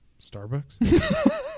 Starbucks